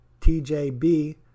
TJB